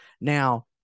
Now